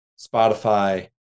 Spotify